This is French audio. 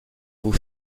vous